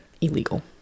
illegal